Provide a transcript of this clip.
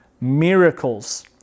miracles